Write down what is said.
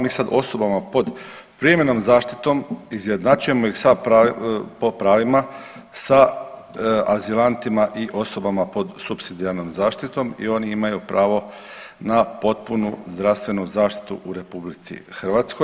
Mi sad osobama pod privremenom zaštitom izjednačujemo ih sa, po pravima sa azilantima i osobama pod supsidijarnom zaštitom i oni imaju pravo na potpunu zdravstvenu zaštitu u RH.